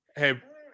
hey